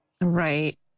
Right